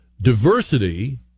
Diversity